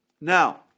Now